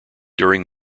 during